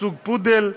מסוג פודל,